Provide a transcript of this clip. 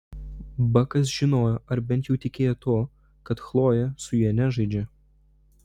bakas žinojo ar bent jau tikėjo tuo kad chlojė su juo nežaidžia